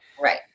Right